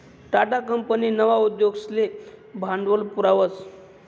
Tata company नवा उद्योगसले भांडवल पुरावस